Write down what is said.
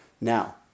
Now